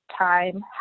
Time